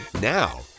Now